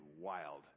wild